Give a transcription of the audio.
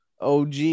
OG